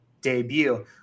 debut